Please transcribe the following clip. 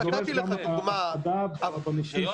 הם נכנסו לאירוע כשהם לא מספיק חזקים תזרימית ונקלעו לסיטואציה